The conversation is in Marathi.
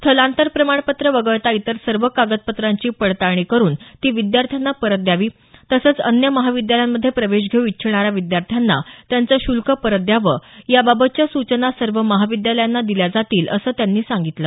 स्थलांतर प्रमाणपत्र वगळता इतर सर्व कागदपत्रांची पडताळणी करुन ती विद्यार्थ्यांना परत द्यावी तसंच अन्य महाविद्यालयांमध्ये प्रवेश घेऊ इच्छिणाऱ्या विद्यार्थ्यांना त्यांचं शुल्क परत द्यावं याबातच्या सूचना सर्व महाविद्यालयांना दिल्या जातील असं त्यांनी सांगितलं